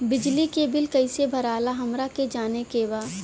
बिजली बिल कईसे भराला हमरा के जाने के बा?